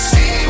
See